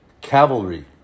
Cavalry